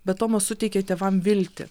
bet tomas suteikia tėvam viltį